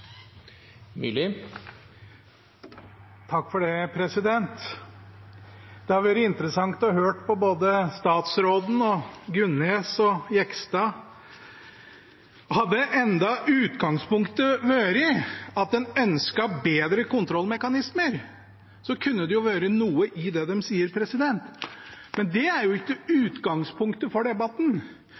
Det har vært interessant å høre på både statsråden og representantene Gunnes og Jegstad. Hadde enda utgangspunktet vært at en ønsket bedre kontrollmekanismer, kunne det vært noe i det de sier, men det er jo ikke utgangspunktet for debatten.